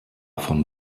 von